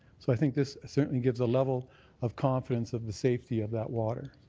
so i think this certainly gives a level of confidence of the safety of that water.